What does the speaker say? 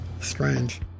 Strange